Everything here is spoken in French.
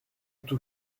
tous